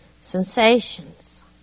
sensations